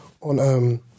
on